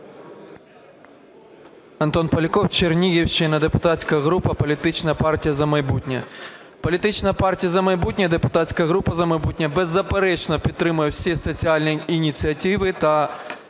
Антон Поляков, Чернігівщина, депутатська група політична партія "За майбутнє". Політична партія "За майбутнє" і депутатська група "За майбутнє" беззаперечно підтримує всі соціальні ініціативи та,